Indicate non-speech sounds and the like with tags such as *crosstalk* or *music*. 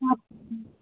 *unintelligible*